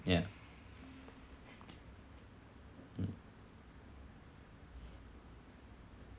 yeah mm